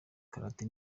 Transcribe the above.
karate